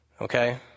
Okay